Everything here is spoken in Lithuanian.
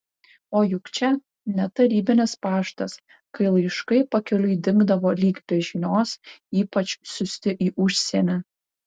o juk čia ne tarybinis paštas kai laiškai pakeliui dingdavo lyg be žinios ypač siųsti į užsienį